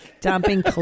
dumping